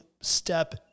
step